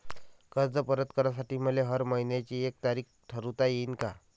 कर्ज परत करासाठी मले हर मइन्याची एक तारीख ठरुता येईन का?